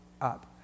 up